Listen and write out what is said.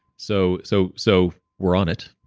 so so so, we're on it